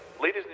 ladies